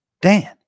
Dan